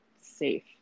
safe